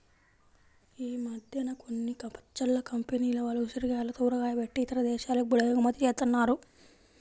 ఈ మద్దెన కొన్ని పచ్చళ్ళ కంపెనీల వాళ్ళు ఉసిరికాయలతో ఊరగాయ బెట్టి ఇతర దేశాలకి గూడా ఎగుమతి జేత్తన్నారు